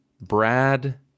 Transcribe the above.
Brad